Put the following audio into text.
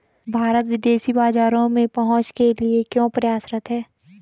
भारत विदेशी बाजारों में पहुंच के लिए क्यों प्रयासरत है?